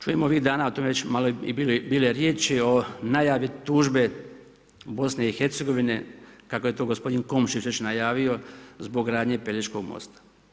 Čujem ovih dana, o tome je već malo i bilo riječi o najavi tužbe BIH kako je to gospodin Komšić već najavio zbog gradnje Pelješkog mosta.